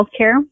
healthcare